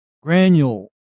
granule